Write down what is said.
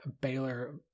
Baylor